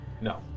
No